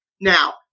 Now